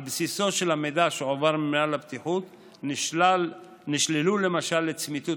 על בסיסו של המידע שהועבר ממינהל הבטיחות נשללו למשל לצמיתות